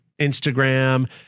Instagram